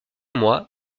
mois